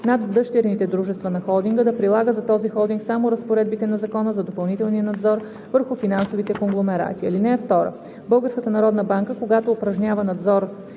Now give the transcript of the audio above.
над дъщерните дружества на холдинга да прилага за този холдинг само разпоредбите на Закона за допълнителния надзор върху финансовите конгломерати. (2) Българската народна банка, когато упражнява надзор